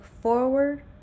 forward